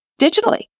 digitally